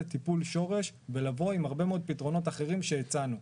טיפול שורש ולבוא עם הרבה מאוד פתרונות אחרים שהצענו.